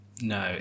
No